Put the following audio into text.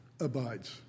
abides